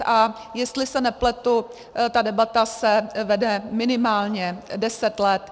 A jestli se nepletu, ta debata se vede minimálně deset let.